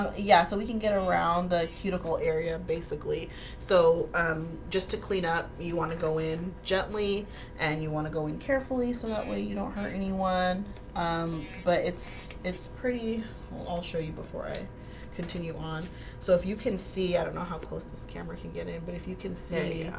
yeah, so we can get around the cuticle area, basically so um just to clean up you want to go in gently and you want to go in carefully so that way you you don't have any one but it's it's pretty i'll show you before i continue on so if you can see i don't know how close this camera can get in. but if you can say,